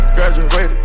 Graduated